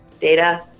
data